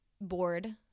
board